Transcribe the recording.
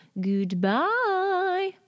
Goodbye